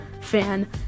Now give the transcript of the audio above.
fan